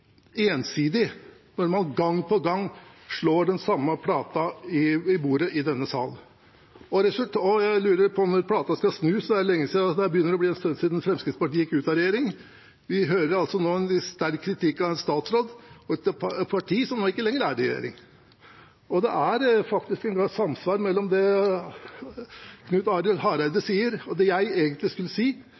ensidig når man gang på gang slår den samme plata i bordet i denne salen. Jeg lurer på om den plata skal snus – det begynner å bli en stund siden Fremskrittspartiet gikk ut av regjering. Vi hører nå en sterk kritikk av en statsråd og et parti som ikke lenger er i regjering. Det er samsvar mellom det Knut Arild Hareide sier, og det jeg egentlig skulle si,